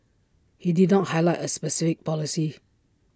he did not highlight A specific policy